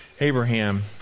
Abraham